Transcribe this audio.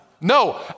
No